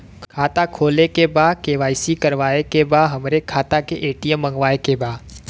खाता खोले के बा के.वाइ.सी करावे के बा हमरे खाता के ए.टी.एम मगावे के बा?